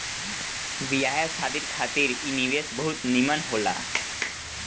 बियाह शादी खातिर इ निवेश बहुते निमन होला